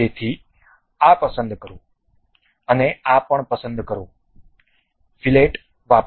તેથી આ પસંદ કરો અને આ પણ પસંદ કરો ફીલેટ વાપરો